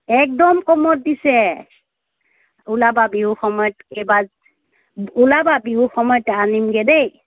একদম কমত দিছে ওলাবা বিহু সময়ত এইবাৰ ওলাবা বিহু সময়ত আনিমগৈ দেই